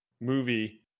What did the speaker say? movie